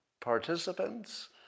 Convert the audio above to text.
participants